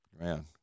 man